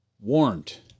warned